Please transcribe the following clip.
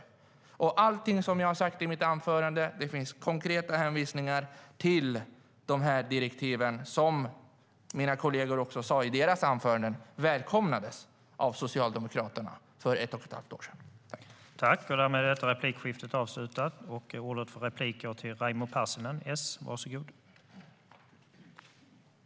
När det gäller allt som jag har sagt i mitt anförande finns det konkreta hänvisningar till dessa direktiv, vilka - det sade mina kolleger också i sina anföranden - välkomnades av Socialdemokraterna för ett och ett halvt år sedan.